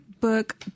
book